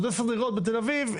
עוד עשר דירות בתל אביב,